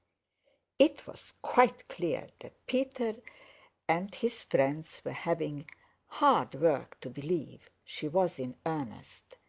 it was quite clear that peter and his friends were having hard work to believe she was in earnest.